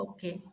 Okay